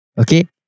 Okay